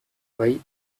bai